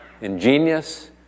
ingenious